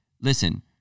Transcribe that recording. Listen